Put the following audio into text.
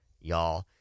y'all